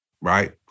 right